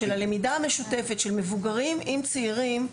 הלמידה המשותפת של מבוגרים עם צעירים,